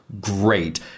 Great